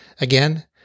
Again